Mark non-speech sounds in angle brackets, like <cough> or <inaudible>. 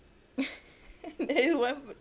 <laughs>